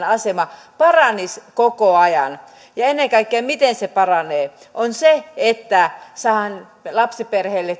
asema paranisi koko ajan ja miten se paranee niin ennen kaikkea niin että saadaan lapsiperheille